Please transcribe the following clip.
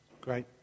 Great